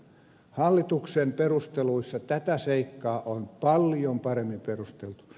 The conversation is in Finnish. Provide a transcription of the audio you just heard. hallituksen perusteluissa tätä seikkaa on paljon paremmin perusteltu